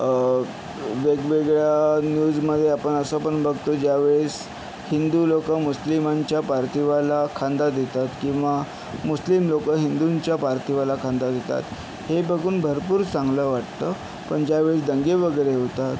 वेगवेगळ्या न्यूजमध्ये आपण असं पण बघतो ज्यावेळेस हिंदू लोकं मुस्लिमांच्या पार्थिवाला खांदा देतात किंवा मुस्लिम लोकं हिंदूंच्या पार्थिवाला खांदा देतात हे बघून भरपूर चांगलं वाटतं पण ज्यावेळेस दंगे वगैरे होतात